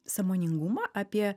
sąmoningumą apie